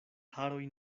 haroj